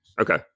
Okay